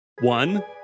One